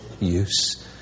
use